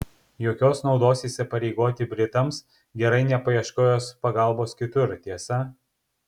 jokios naudos įsipareigoti britams gerai nepaieškojus pagalbos kitur tiesa